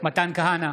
מתן כהנא,